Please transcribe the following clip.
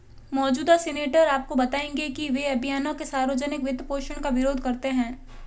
मौजूदा सीनेटर आपको बताएंगे कि वे अभियानों के सार्वजनिक वित्तपोषण का विरोध करते हैं